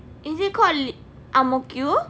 is it called ang mo kio